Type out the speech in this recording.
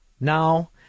Now